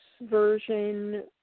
version